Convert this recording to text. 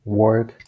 work